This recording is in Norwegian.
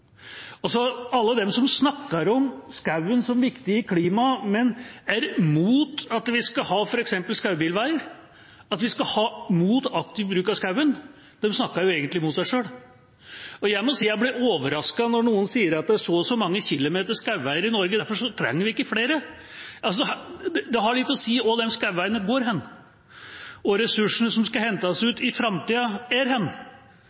Alle som snakker om skogen som viktig i klimaet, men som er imot at vi skal ha f.eks. skogsbilveier, eller imot at vi skal bruke skogen, snakker egentlig mot seg sjøl. Jeg blir overrasket når noen sier at det er så og så mange kilometer skogsbilveier i Norge, og at vi derfor ikke trenger flere. Det har litt å si hvor disse skogsbilveiene går, og hvor ressursene som skal hentes ut i framtida, er.